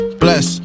bless